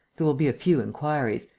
there will be a few inquiries.